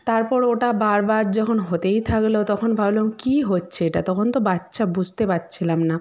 তারপর ওটা বারবার যখন হতেই থাকল তখন ভাবলাম কী হচ্ছে এটা তখন তো বাচ্চা বুঝতে পারছিলাম না